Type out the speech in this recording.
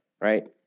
right